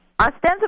ostensibly